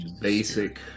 basic